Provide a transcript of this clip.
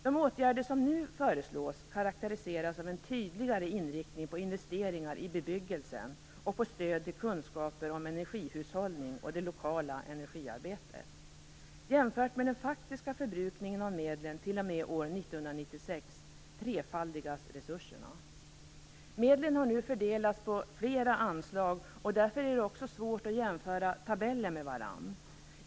De åtgärder som nu föreslås karakteriseras av en tydligare inriktning på investeringar i bebyggelsen och på stöd till kunskaper om energihushållning och det lokala energiarbetet. Jämfört med den faktiska förbrukningen av medlen t.o.m. år 1996 trefaldigas resurserna. Medlen har nu fördelats på flera anslag. Därför är det också svårt att jämföra olika tabeller med varandra.